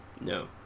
No